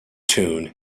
tune